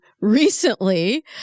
recently